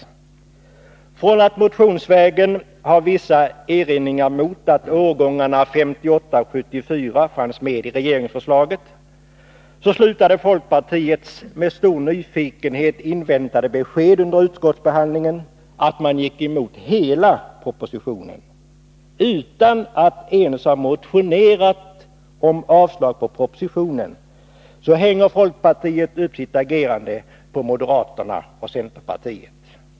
Efter att motionsvägen ha gjort vissa erinringar mot att årgångarna 1958-1974 fanns med i regeringsförslaget, blev folkpartiets med stor nyfikenhet inväntade besked under utskottsbehandlingen att partiet gick emot hela propositionen. Utan att ens ha motionerat om avslag på propositionen hänger folkpartiet upp sitt agerande på moderaterna och centerpartiet.